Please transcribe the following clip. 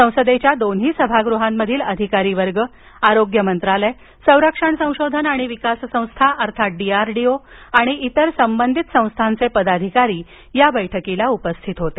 संसदेच्या दोन्ही सभागृहांमधील अधिकारीवर्ग आरोग्य मंत्रालय संरक्षण संशोधन आणि विकास संस्था अर्थात डी आर डी ओ आणि इतर संबंधित संस्थांचे पदाधिकारी या बैठकीला उपस्थित होते